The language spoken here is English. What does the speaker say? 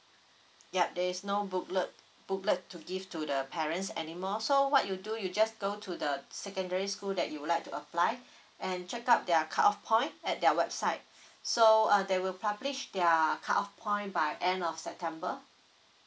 yup there's no booklet booklet to give to the parents anymore so what you do you just go to the secondary school that you would like to apply and check out their cut off point at their website so uh they will publish their cut off point by end of september